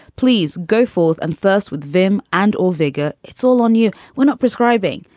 please go forth. and first with them and all veiga. it's all on you. we're not prescribing.